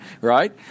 right